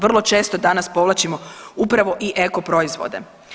Vrlo često danas povlačimo upravo i eko proizvode.